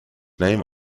name